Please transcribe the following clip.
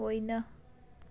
होइन